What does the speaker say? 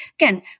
again